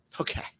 Okay